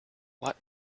what